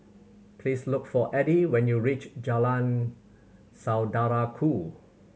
please look for Eddie when you reach Jalan Saudara Ku